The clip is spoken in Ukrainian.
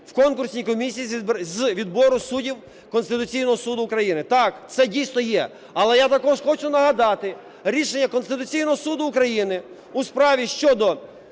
в конкурсній комісії з відбору суддів Конституційного Суду України. Так, це дійсно є. Але я також хочу нагадати рішення Конституційного Суду України у справі щодо